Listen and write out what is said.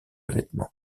vêtements